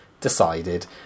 decided